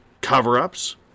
cover-ups